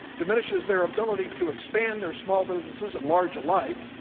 diminishes their ability to expand their small businesses and large alike.